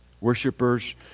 Worshippers